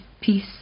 peace